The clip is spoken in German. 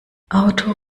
auto